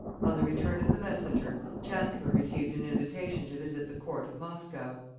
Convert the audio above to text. on the return of the messenger, chancellor received an invitation to visit the court of moscow.